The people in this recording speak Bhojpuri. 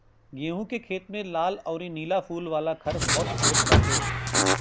गेंहू के खेत में लाल अउरी नीला फूल वाला खर बहुते होत बाटे